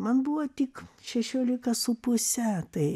man buvo tik šešiolika su puse tai